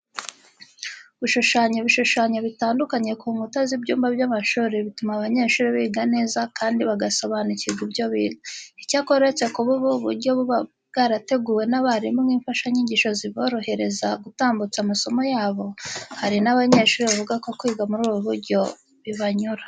Gushushanya ibishushanyo bitandukanye ku nkuta z'ibyumba by'amashuri bituma abanyeshuri biga neza kandi bagasobanukirwa ibyo biga. Icyakora uretse kuba ubu buryo buba bwarateguwe n'abarimu nk'imfashanyigisho ziborohereza gutambutsamo amasomo yaba, hari n'abanyeshuri bavuga ko kwiga muri ubu buryo bibanyura.